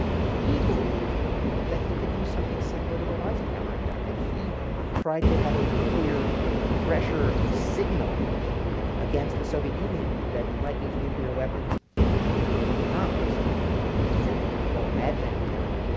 he believed that he could do something similar to what eisenhower had done. and he tried to have a nuclear pressure signal against the soviet union that he might use nuclear weapons in vietnam. it was and connected to the whole madman theory,